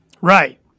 right